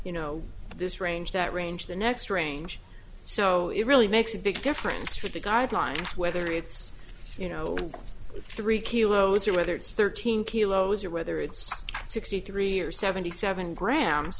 you know this range that range the next range so it really makes a big difference to the guidelines whether it's you know three kilos or whether it's thirteen kilos or whether it's sixty three or seventy seven grams